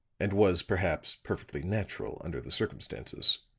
and was, perhaps, perfectly natural under the circumstances.